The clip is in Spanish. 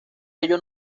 ello